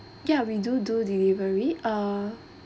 yeah we do do delivery uh